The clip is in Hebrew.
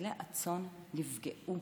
מגדלי הצאן נפגעו.